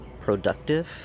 productive